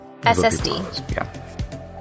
SSD